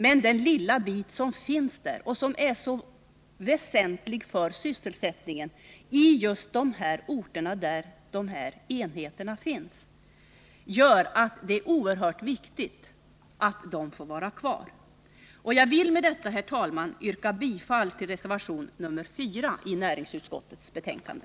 Men den lilla bit som finns där är oerhört väsentlig för sysselsättningen på dessa orter, och det är därför oerhört viktigt att dessa enheter får vara kvar. Jag vill med detta, herr talman, yrka bifall till reservation 4 i näringsutskottets betänkande.